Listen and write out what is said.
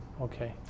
okay